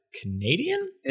Canadian